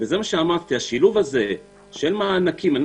זה מה שאמרתי: השילוב הזה של מענקים על מנת